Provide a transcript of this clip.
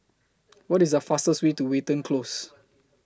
What IS The fastest Way to Watten Close